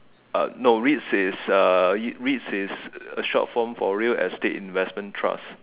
uh no R_E_I_T_S is uh R_E_I_T_S is a short form for real estate investment trust